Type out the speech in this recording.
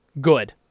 good